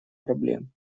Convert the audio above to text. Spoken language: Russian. проблем